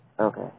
Okay